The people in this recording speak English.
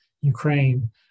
Ukraine